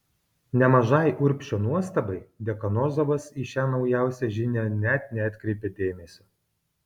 nemažai urbšio nuostabai dekanozovas į šią naujausią žinią net neatkreipė dėmesio